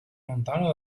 lontano